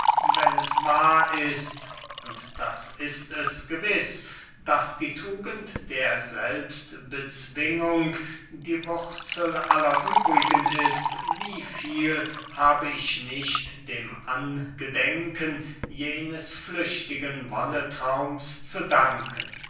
wenn es wahr ist und das ist es gewiß daß die tugend der selbstbezwingung die wurzel aller übrigen ist wie viel habe ich nicht dem angedenken jenes flüchtigen wonnetraums zu danken